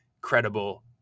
credible